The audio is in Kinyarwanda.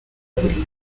buri